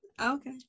Okay